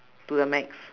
to the max